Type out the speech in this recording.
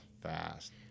Fast